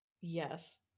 yes